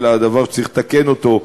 אלא דבר שצריך לתקן אותו,